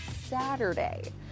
Saturday